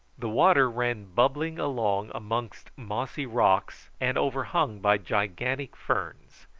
the water ran bubbling along amongst mossy rocks, and overhung by gigantic ferns.